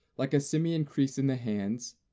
like a simian crease in the hands,